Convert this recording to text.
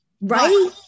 Right